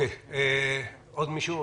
עוד מישהו?